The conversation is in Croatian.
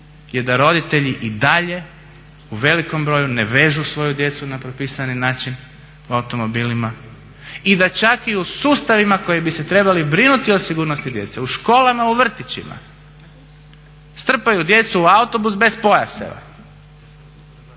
je da roditelji i dalje u velikom broju ne vežu svoju djecu na propisani način u automobilima i da čak i u sustavima koji bi se trebali brinuti o sigurnosti djece, u školama, u vrtićima strpaju djecu u autobus bez pojaseva.